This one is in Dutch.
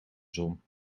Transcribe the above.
zon